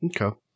Okay